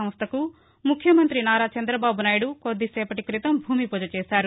సంస్టకు ముఖ్యమంతి నారా చంద్రబాబు నాయుడు కొద్దిసేపటి క్రితం భూమిపూజ చేశారు